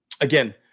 Again